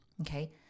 Okay